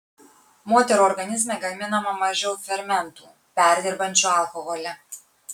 moterų organizme gaminama mažiau fermentų perdirbančių alkoholį